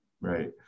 Right